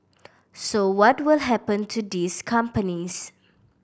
so what will happen to these companies